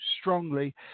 strongly